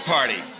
Party